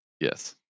Yes